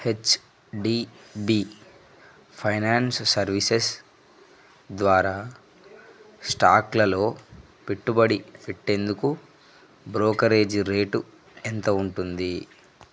HDB finance services ద్వారా స్టాక్లలో పెట్టుబడి పెట్టేందుకు బ్రోకరేజీ రేటు ఎంత ఉంటుంది